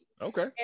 Okay